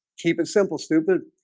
keep it simple stupid